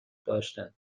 داشتند